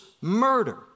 murder